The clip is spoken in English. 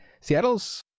Seattle's